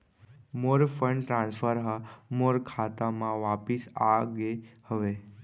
मोर fund transfer हा मोर खाता मा वापिस आ गे हवे